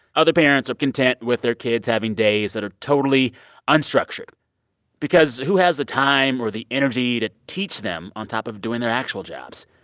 other parents are content with their kids having days that are totally unstructured because who has the time or the energy to teach them on top of doing their actual jobs?